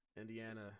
Indiana